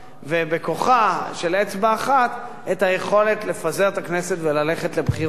ובכוחה של אצבע אחת את היכולת לפזר את הכנסת וללכת לבחירות,